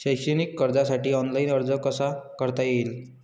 शैक्षणिक कर्जासाठी ऑनलाईन अर्ज कसा करता येईल?